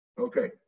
Okay